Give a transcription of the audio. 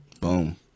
Boom